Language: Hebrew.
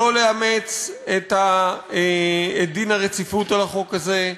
לא לאמץ את החלת דין הרציפות על החוק הזה,